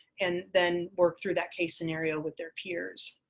and then work through that case scenario with their peers.